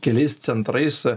keliais centrais